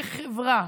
כחברה,